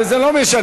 וזה לא משנה,